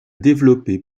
développé